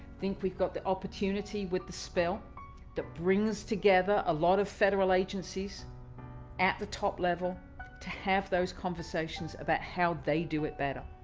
think we've got the opportunity with the spill that brings together a lot of federal agencies at the top level to have those conversations about how they do it better.